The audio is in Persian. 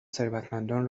ثروتمندان